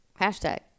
Hashtag